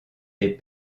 des